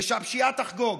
ושהפשיעה תחגוג.